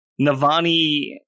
navani